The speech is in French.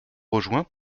rejoints